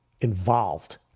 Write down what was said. involved